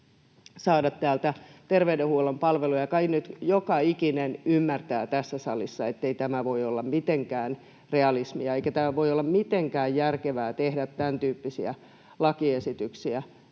saada täältä terveydenhuollon palveluja, ja kai nyt joka ikinen ymmärtää tässä salissa, ettei tämä voi olla mitenkään realismia eikä voi olla mitenkään järkevää tehdä tämäntyyppisiä lakiesityksiä.